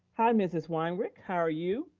hi, mrs. weinrich, how are you?